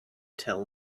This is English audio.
tell